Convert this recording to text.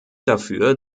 dafür